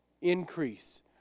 increase